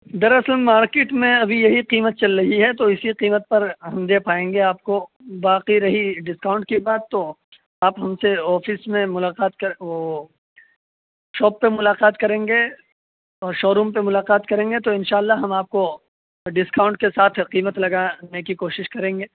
دراصل مارکیٹ میں ابھی یہی قیمت چل رہی ہے تو اسی قیمت پر ہم دے پائیں گے آپ کو باقی رہی ڈسکاؤنٹ کی بات تو آپ مجھ سے آفس میں ملاقات کر او شاپ پہ ملاقات کریں گے اور شو روم پہ ملاقات کریں گے تو انشاء اللہ ہم آپ کو ڈسکاؤنٹ کے ساتھ قیمت لگا نے کی کوشش کریں گے